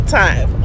time